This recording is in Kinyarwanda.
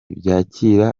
byakira